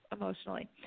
emotionally